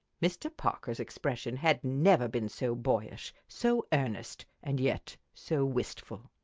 mr. parker's expression had never been so boyish, so earnest, and yet so wistful.